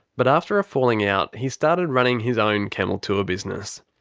but after a falling out, he started running his own camel tour business.